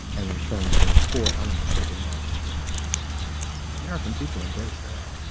and in terms of core elements of american democracy american people embrace that.